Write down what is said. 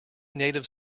native